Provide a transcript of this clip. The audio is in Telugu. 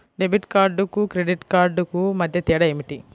డెబిట్ కార్డుకు క్రెడిట్ క్రెడిట్ కార్డుకు మధ్య తేడా ఏమిటీ?